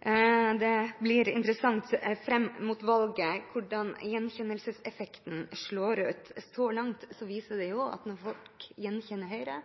Det blir interessant å se fram mot valget hvordan gjenkjennelseseffekten slår ut. Så langt viser det seg jo at når folk gjenkjenner Høyre,